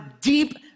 deep